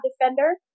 defender